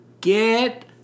get